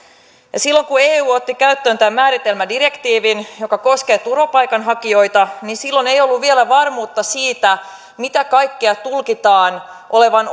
silloin kun eu otti käyttöön tämän määritelmädirektiivin joka koskee turvapaikanhakijoita ei ollut vielä varmuutta siitä minkä kaiken tulkitaan olevan